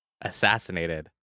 assassinated